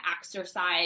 exercise